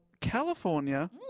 California